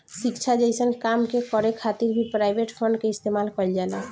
शिक्षा जइसन काम के करे खातिर भी प्राइवेट फंड के इस्तेमाल कईल जाला